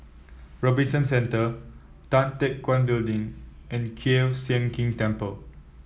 Robinson Centre Tan Teck Guan Building and Kiew Sian King Temple